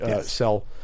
Sell